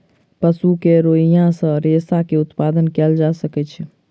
पशु के रोईँयाँ सॅ रेशा के उत्पादन कयल जा सकै छै